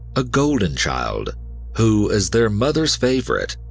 a golden child who, as their mother's favorite,